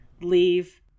leave